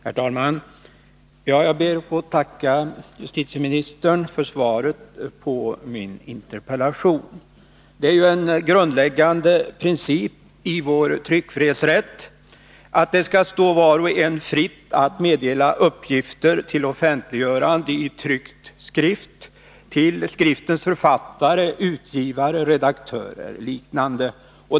Herr talman! Jag ber att få tacka justitieministern för svaret på min interpellation. Det är en grundläggande princip i vår tryckfrihetsrätt att det skall stå var och en fritt att meddela uppgifter till offentliggörande i tryckt skrift till skriftens författare, utgivare, redaktör eller liknande.